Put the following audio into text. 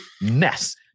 mess